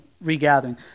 regathering